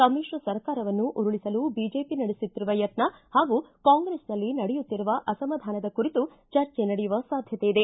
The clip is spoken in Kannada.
ಸಮಿತ್ರ ಸರ್ಕಾರವನ್ನು ಉರುಳಿಸಲು ಬಿಜೆಪಿ ನಡೆಸುತ್ತಿರುವ ಯತ್ನ ಹಾಗೂ ಕಾಂಗ್ರೆಸ್ನಲ್ಲಿ ನಡೆಯುತ್ತಿರುವ ಅಸಮಾಧಾನದ ಕುರಿತು ಚರ್ಚೆ ನಡೆಯುವ ಸಾಧ್ಯತೆ ಇದೆ